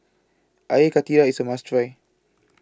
Air Karthira IS A must Try